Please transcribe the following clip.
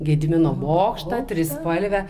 gedimino bokštą trispalvę